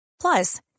Plus